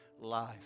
life